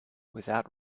without